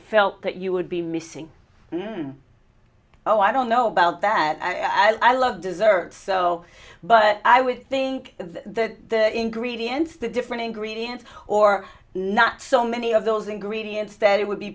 felt that you would be missing when oh i don't know about that i love dessert so but i would think that the ingredients the different ingredients or not so many of those ingredients that it would be